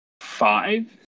five